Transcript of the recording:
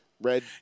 Red